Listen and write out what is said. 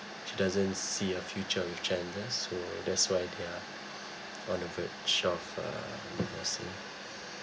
she doesn't see a future with chandler so that's why they're on the verge of uh divorcing